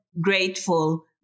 grateful